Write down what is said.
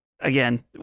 again